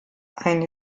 eine